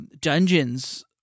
dungeons